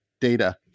data